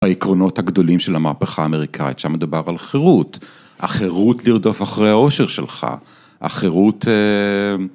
העקרונות הגדולים של המהפכה האמריקאית, שם מדובר על חירות, החירות לרדוף אחרי האושר שלך, החירות